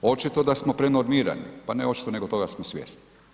Očito da smo prenormirani, pa ne očito nego toga smo svjesni.